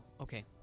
okay